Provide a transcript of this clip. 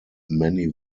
many